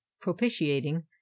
propitiating